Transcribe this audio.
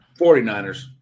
49ers